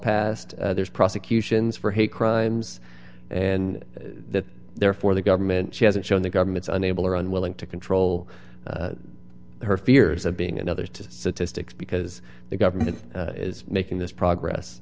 passed there's prosecutions for hate crimes and that therefore the government she hasn't shown the government's unable or unwilling to control her fears of being another to fix because the government is making this progress